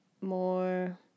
More